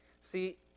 See